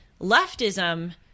Leftism